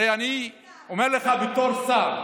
הרי אני אומר לך בתור שר,